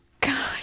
God